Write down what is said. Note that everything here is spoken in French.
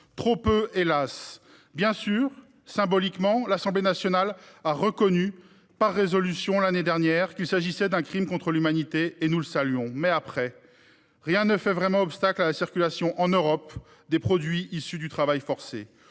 Trop peu, hélas ! Bien sûr, symboliquement, l'Assemblée nationale a reconnu par une résolution l'année dernière qu'il s'agissait d'un crime contre l'humanité, et nous le saluons. Mais après ? Rien ne fait vraiment obstacle à la circulation en Europe des produits issus du travail forcé.